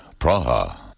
Praha